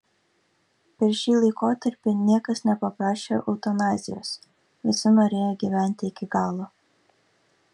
per šį laikotarpį niekas nepaprašė eutanazijos visi norėjo gyventi iki galo